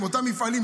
אותם מפעלים,